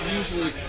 usually